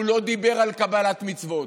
הוא לא דיבר על קבלת מצוות.